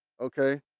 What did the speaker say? okay